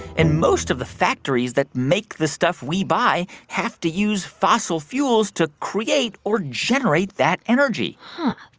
and most of the factories that make the stuff we buy have to use fossil fuels to create or generate that energy huh,